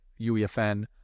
UEFN